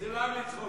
זה לעג, לצחוק.